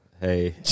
Hey